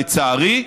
לצערי,